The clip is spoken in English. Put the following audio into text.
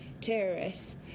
terrorists